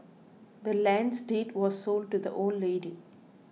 the land's deed was sold to the old lady